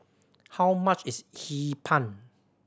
how much is Hee Pan